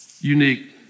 unique